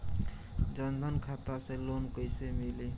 जन धन खाता से लोन कैसे मिली?